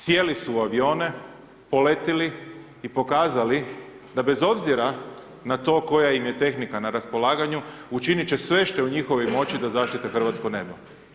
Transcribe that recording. Sjeli su u avione, poletjeli i pokazali da bez obzira na to koja im je tehnika na raspolaganju učinit će sve što je u njihovoj moći da zaštite hrvatsko nebo.